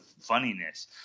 funniness